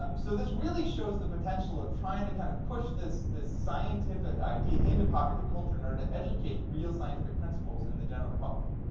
um so this really shows the potential of trying to kind of push this this scientific idea into popular culture in order to educate real scientific principles in the general public.